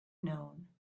known